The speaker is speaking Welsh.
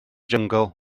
jyngl